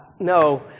no